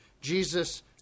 Jesus